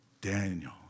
Daniel